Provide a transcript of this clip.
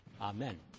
Amen